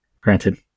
Granted